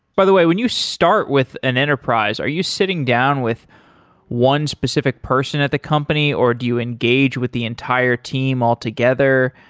by the way, when you start with an enterprise, are you sitting down with one specific person at the company or do you engage with the entire team altogether?